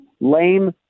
lame